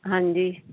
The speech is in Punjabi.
ਹਾਂਜੀ